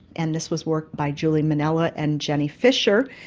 and this was work by julie mannella and jenny fisher,